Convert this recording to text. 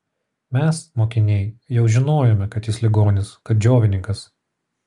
mes mokiniai jau žinojome kad jis ligonis kad džiovininkas